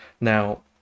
Now